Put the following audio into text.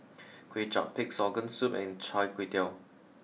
Kway Chap Pig'S organ soup and Chai Tow Kuay